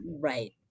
Right